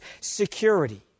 security